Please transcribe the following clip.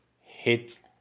hit